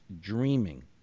dreaming